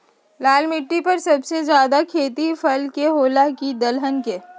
लाल मिट्टी पर सबसे ज्यादा खेती फल के होला की दलहन के?